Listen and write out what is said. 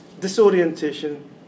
disorientation